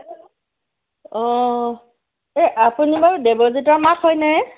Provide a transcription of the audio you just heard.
অঁ এই আপুনি বাৰু দেৱজিতৰ মাক হয়নে